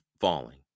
falling